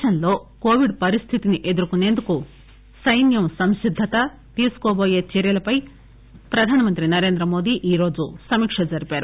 దేశంలో కోవిడ్ పరిస్లితిని ఎదుర్కొనేందుకు సైన్యం సంసిద్గత తీసుకోటోయే చర్చలపై ప్రధానమంత్రి నరేంద్రమోదీ ఈరోజు సమీక్ష జరిపారు